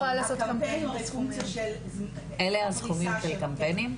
קמפיין הוא הרי פונקציה של --- אלה הסכומים של קמפיינים?